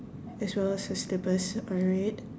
as well as her slippers are red